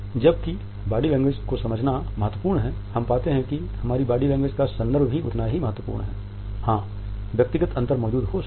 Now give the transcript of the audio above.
जबकि body language को समझना महत्वपूर्ण है हम पाते हैं कि हमारी बॉडी लैंग्वेज का संदर्भ भी उतना ही महत्वपूर्ण है हाँ व्यक्तिगत अंतर मौजूद हो सकता हैं